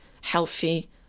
healthy